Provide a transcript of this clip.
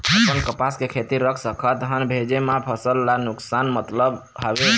अपन कपास के खेती रख सकत हन भेजे मा फसल ला नुकसान मतलब हावे?